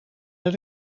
maar